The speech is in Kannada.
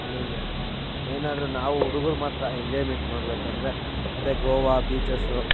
ಅಲ್ಲಿ ಇಲ್ಲಿ ಅಂತ ಏನಾದರೂ ನಾವು ಹುಡುಗರು ಮಾತ್ರ ಎಂಜಾಯ್ಮೆಂಟ್ ಮಾಡಬೇಕೆಂದ್ರೆ ಅದೇ ಗೋವಾ ಬೀಚಸ್ಸು